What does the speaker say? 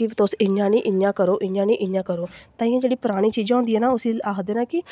कि तुस इ'यां नेईं इ'यां करो इ'यां नेईं इ'यां करो तांइयैं जेह्की परानी चीज़ां होंदियां न उस्सी आखदे न कि